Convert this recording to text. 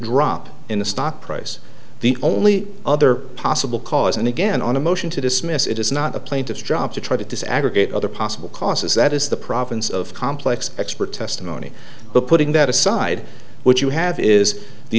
drop in the stock price the only other possible cause and again on a motion to dismiss it is not a plaintiff's job to try to desegregate other possible causes that is the province of complex expert testimony but putting that aside which you have is the